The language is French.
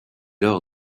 lors